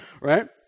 right